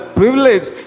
privilege